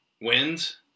wins